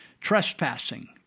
trespassing